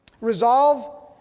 Resolve